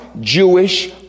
Jewish